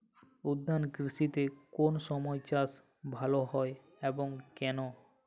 উদ্যান কৃষিতে কোন সময় চাষ ভালো হয় এবং কেনো?